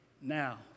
now